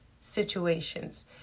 situations